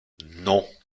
non